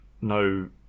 no